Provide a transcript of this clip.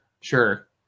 Sure